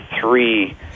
three